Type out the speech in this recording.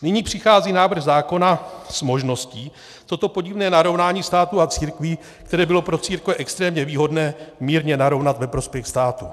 Nyní přichází návrh zákona s možností toto podivné narovnání státu a církví, které bylo pro církve extrémně výhodné, mírně narovnat ve prospěch státu.